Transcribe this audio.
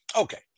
Okay